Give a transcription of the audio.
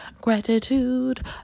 gratitude